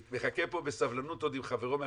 הוא מחכה פה בסבלנות עוד עם חברו מהתחבורה.